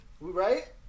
Right